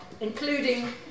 including